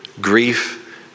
grief